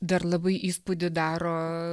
dar labai įspūdį daro